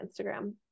Instagram